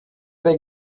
they